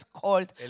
called